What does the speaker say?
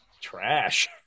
trash